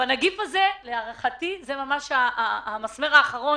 והמגפה הזאת, להערכתי, זה המסמר האחרון